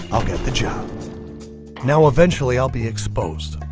i'll get the job now eventually, i'll be exposed